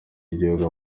y’igihugu